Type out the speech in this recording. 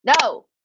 no